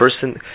person